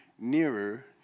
nearer